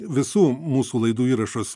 visų mūsų laidų įrašus